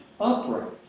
upright